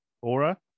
aura